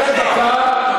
שב דקה,